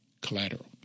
collateral